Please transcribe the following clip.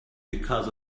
because